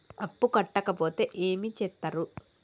అప్పు కట్టకపోతే ఏమి చేత్తరు?